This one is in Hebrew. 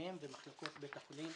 משכורותיהם ומחלקות בית החולים